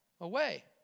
away